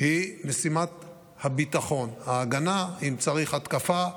היא משימת הביטחון: ההגנה, אם צריך התקפה,